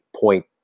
point